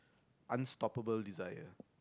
unstoppable desire